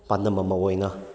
ꯄꯥꯟꯗꯝ ꯑꯃ ꯑꯣꯏꯅ